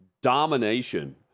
domination